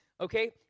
Okay